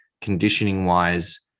Conditioning-wise